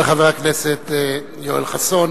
תודה לחבר הכנסת יואל חסון.